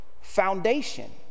foundation